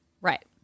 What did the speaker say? Right